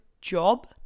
job